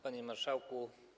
Panie Marszałku!